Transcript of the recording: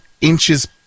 inches